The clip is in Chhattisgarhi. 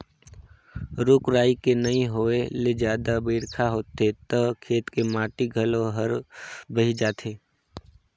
रूख राई के नइ होए ले जादा बइरखा होथे त खेत के माटी घलो हर बही जाथे